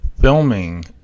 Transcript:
filming